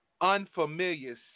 Unfamiliar